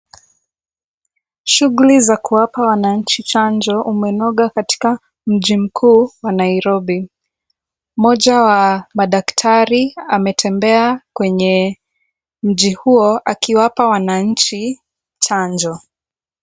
Shughuli za kuwapa wanainji chanjo umenoka katika mji mkuu wa Nairobi, mmoja wa madaktari ametembea kwenye mji huo akiwapa wanainji chanjo.